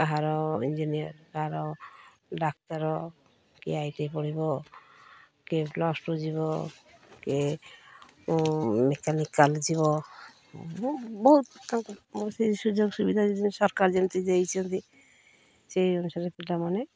କାହାର ଇଞ୍ଜିନିୟର୍ କାହାର ଡାକ୍ତର କିଏ ଆଇ ଟି ପଢ଼ିବ କିଏ ପ୍ଲସ୍ ଟୁ ଯିବ କିଏ ମେକାନିକାଲ୍ ଯିବ ବହୁତ ସେଇ ସୁଯୋଗ ସୁବିଧା ଯେମିତି ସରକାର ଯେମିତି ଦେଇଛନ୍ତି ସେଇ ଅନୁସାରେ ପିଲାମାନେ